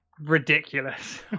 ridiculous